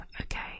okay